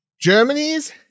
Germany's